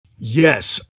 Yes